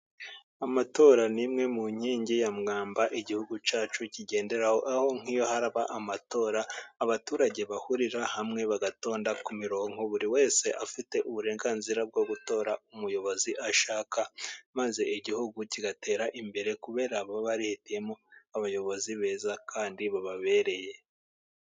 Amatora nimwe mu nkingi ya mwamba, igihugu cyacu kigenderaho, aho nkiyo haraba amatora, abaturage bahurira hamwe, bagatonda ku mirongo, buri wese afite uburenganzira, bwo gutora umuyobozi ashaka, maze igihugu kigatera imbere, kubera baba barbyemo abayobozi beza kandi bababereye.